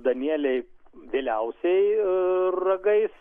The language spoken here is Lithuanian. danieliai vėliausiai ragais